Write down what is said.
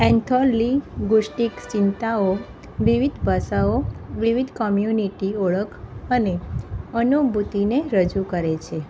એનથોનલી ગોસટીક ચિંતાઓ વિવિધ ભાષાઓ વિવિધ કોમ્યુનીટી ઓળખ અને અનુભૂતિને રજૂ કરે છે